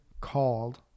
Called